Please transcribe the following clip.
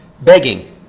begging